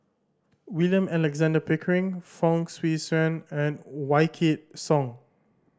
William Alexander Pickering Fong Swee Suan and Wykidd Song